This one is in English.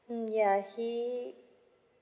mm ya he